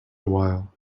while